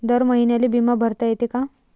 दर महिन्याले बिमा भरता येते का?